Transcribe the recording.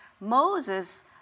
Moses